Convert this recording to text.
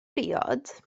briod